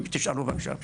תשאלו בבקשה.